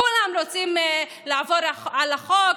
כולם רוצים לעבור על החוק,